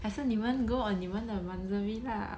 还是你们 go on 你们的 monthsary lah